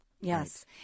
Yes